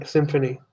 Symphony